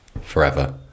forever